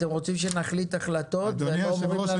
אתם רוצים שנחליט החלטות ואתם לא אומרים לנו --- אדוני היושב-ראש,